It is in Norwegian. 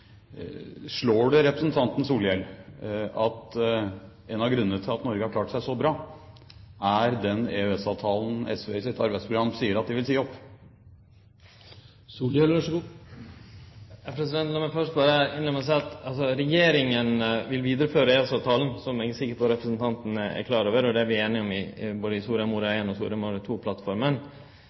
Slår det representanten Solhjell at en av grunnene til at Norge har klart seg så bra, er den EØS-avtalen SV i sitt arbeidsprogram sier at de vil si opp? Lat meg innleie med å seie at Regjeringa vil vidareføre EØS-avtalen, som eg er sikker på at representanten er klar over, og det er vi einige om både i Soria Moria I- og